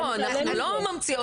בוא, אנחנו לא ממציאות פה עובדות.